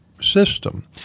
system